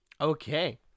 okay